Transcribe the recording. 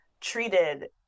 treated